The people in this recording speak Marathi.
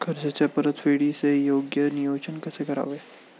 कर्जाच्या परतफेडीचे योग्य नियोजन कसे करावे?